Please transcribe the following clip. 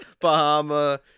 Bahama